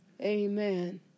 Amen